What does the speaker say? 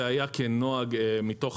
זה היה כנוהג מתוך